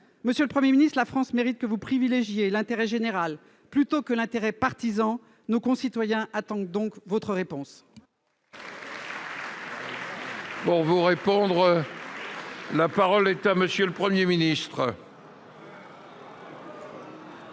Monsieur le Premier ministre, la France mérite que vous privilégiiez l'intérêt général plutôt que l'intérêt partisan ; nos concitoyens attendent donc votre réponse. La parole est à M. le Premier ministre.